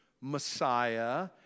messiah